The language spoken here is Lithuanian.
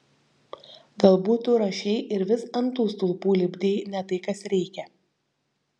galbūt tu rašei ir vis ant tų stulpų lipdei ne tai kas reikia